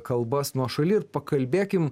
kalbas nuošaly ir pakalbėkim